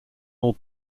all